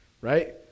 right